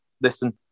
listen